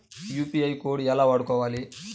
UPI code ఎలా వాడుకోవాలి?